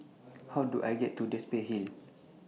How Do I get to Dempsey Hill